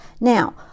Now